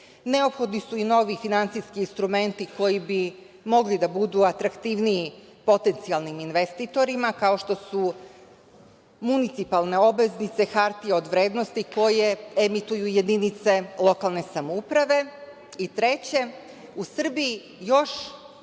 Neophodni su i novi finansijski instrumenti, koji bi mogli da budu atraktivniji potencijalnim investitorima, kao što su municipalne obveznice, hartije od vrednosti koje emituju jedinice lokalne samouprave. Treće, u Srbiji još